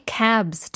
cabs